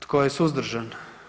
Tko je suzdržan?